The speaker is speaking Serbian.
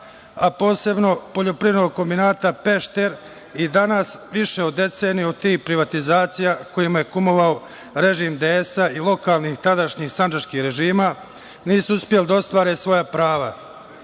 a posebno Poljoprivrednog kombinata „Pešter“ i danas više od deceniju od tih privatizacija kojima je kumovao režim DS i lokalnih tadašnjih sandžačkih režima nisu uspeli da ostvare svoja prava. Zato